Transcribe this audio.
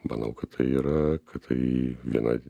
manau kad tai yra kad tai viena